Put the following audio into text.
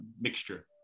Mixture